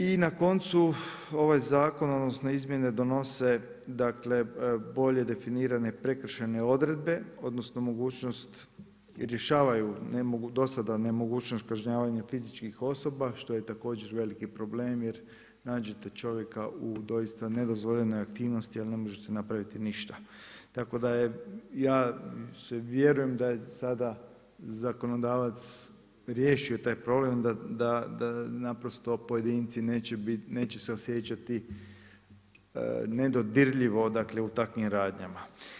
I na koncu, ovaj zakon odnosno izmjene donese bolje definirane prekršajne odredbe odnosno mogućnost rješavaju, do sada nemogućnost kažnjavanja fizičkih osoba što je također veliki problem jer nađete čovjeka u doista nedozvoljenoj aktivnosti a ne možete napraviti ništa tako da je, ja vjerujem da je sada zakonodavaca riješio taj problem da naprosto pojedinci neće se osjećati nedodirljivo u takvim radnjama.